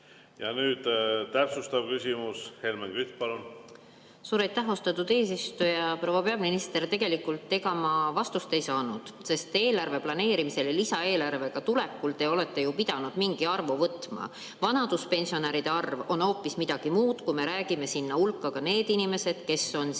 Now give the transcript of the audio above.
Ja nüüd täpsustav küsimus. Helmen Kütt, palun!